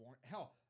Hell